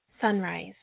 Sunrise